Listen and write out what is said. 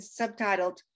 subtitled